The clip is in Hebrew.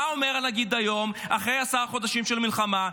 מה אומר הנגיד היום, אחרי עשרה חודשים של מלחמה?